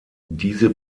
diese